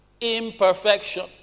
imperfection